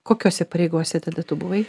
kokiose pareigose tada tu buvai